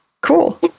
Cool